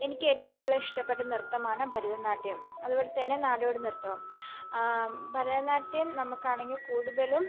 എനിക്കേറ്റവും കൂടുതൽ ഇഷ്ടപ്പെട്ട നൃത്തമാണ് ഭരതനാട്യം അതുപോലെ തന്നെ നാടോടി നൃത്തവും ഭാരതനാട്യം നമുക്കാണെങ്കിൽ കൂടുതലും